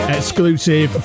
Exclusive